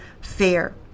fair